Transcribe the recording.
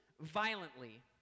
violently